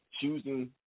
choosing –